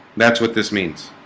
that's what this means